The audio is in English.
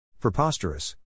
Preposterous